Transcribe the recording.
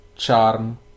charm